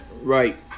right